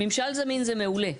ממשל זה מעולה.